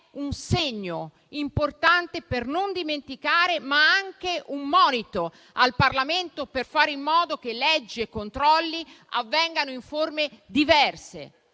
un segno importante per non dimenticare, ma anche un monito al Parlamento, per fare in modo che leggi e controlli avvengano in forme diverse.